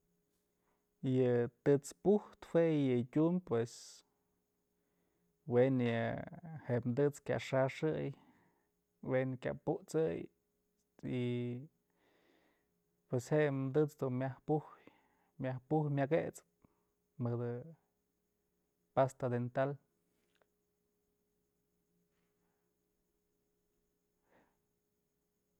Yë tët's pujtë jue yë tyum pues we'en yë tët's kya xaxëy, we'en kya put'sëy y pues je'e tët's dun myaj pujy myaj puj jet'sëp mëdë pasta dental.